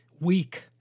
weak